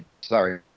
sorry